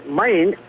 mind